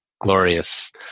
glorious